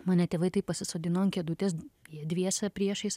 mane tėvai taip pasisodino ant kėdutės jie dviese priešais